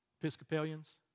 Episcopalians